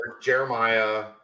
Jeremiah